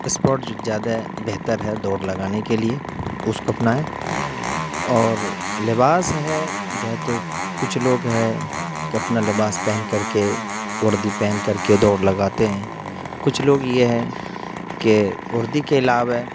spot زیادہ بہتر ہے دوڑ لگانے کے لیے اس کو اپنائیں اور لباس ہے جہاں تک کچھ لوگ ہے کہ اپنا لباس پہن کر کے وردی پہن کر کے دوڑ لگاتے ہیں کچھ لوگ یہ ہے کہ وردی کے علاوہ